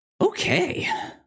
Okay